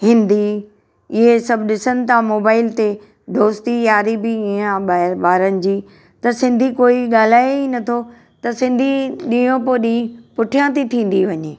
हिंदी इहे सभु ॾिसनि था मोबाइल ते दोस्ती यारी बि ईअं आहे ॿाहिरि ॿारनि जी त सिंधी कोई ॻाल्हाए ई नथो त सिंधी ॾींहों पोइ ॾींहुं पुठियां थी थींदी वञे